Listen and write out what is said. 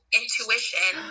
intuition